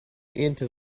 into